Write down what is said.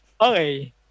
Okay